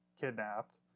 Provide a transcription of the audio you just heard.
kidnapped